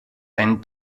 einen